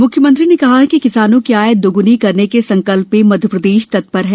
मुख्यमंत्री ने कहा कि किसानों की आय दोगुनी करने के संकल्प में मध्यप्रदेश तत्पर है